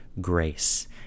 grace